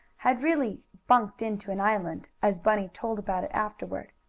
had really bunked into an island, as bunny told about it afterward.